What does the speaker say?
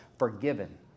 Forgiven